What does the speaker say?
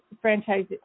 franchise